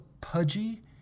pudgy